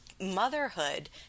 motherhood